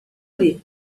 lhe